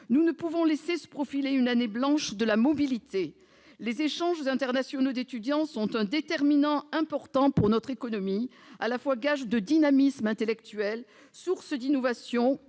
Nous ne pouvons laisser se profiler une année blanche de la mobilité. Les échanges internationaux d'étudiants sont un déterminant important pour notre économie, à la fois gage de dynamisme intellectuel, source d'innovations